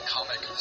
Comic